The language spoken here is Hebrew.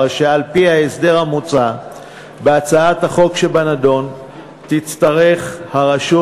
הרי שעל-פי ההסדר המוצע בהצעת החוק שבנדון תצטרך הרשות